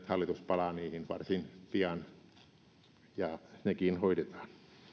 hallitus palaa niihin varsin pian ja nekin hoidetaan